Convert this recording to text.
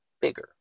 bigger